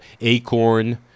ACORN